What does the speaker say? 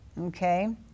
Okay